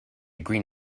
green